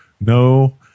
No